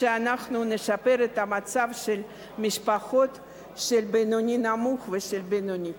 שאנחנו נשפר את המצב של המשפחות במעמד הבינוני-נמוך והבינוני.